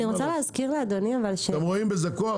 אני רוצה להזכיר לאדוני --- אתם רואים בזה כוח?